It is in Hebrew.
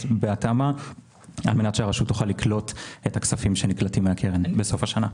בהתאמה על מנת שהרשות תוכל לקלוט את הכספים שנקלטים מהקרן בסוף השנה.